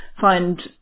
find